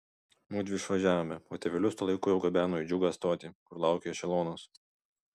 mudvi išvažiavome o tėvelius tuo laiku jau gabeno į džiugą stotį kur laukė ešelonas